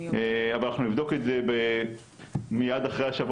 אבל אנחנו נבדוק את זה מיד אחרי השבוע